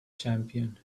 champion